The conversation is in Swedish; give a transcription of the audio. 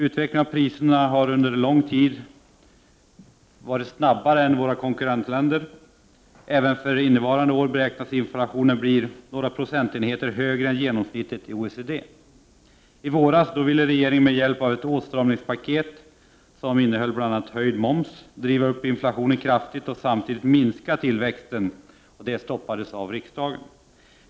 Utvecklingen av priserna har under en lång tid varit snabbare än i våra konkurrentländer. Även för innevarande år beräknas inflationen bli några procentenheter högre än genomsnittet i OECD. I våras ville regeringen med hjälp av ett åtstramningspaket, som innehöll bl.a. höjd moms, driva upp inflationen kraftigt och samtidigt minska tillväxten. Det stoppades av riksdagen.